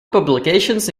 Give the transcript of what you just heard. publications